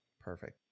Perfect